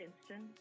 instant